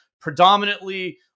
predominantly